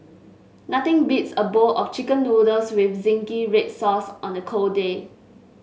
nothing beats a bowl of chicken noodles with zingy red sauce on a cold day